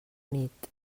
nit